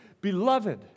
Beloved